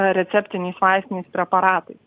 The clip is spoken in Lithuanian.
receptiniais vaistiniais preparatais